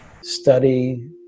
study